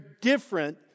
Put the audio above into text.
different